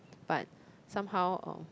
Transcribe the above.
but somehow or